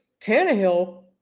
Tannehill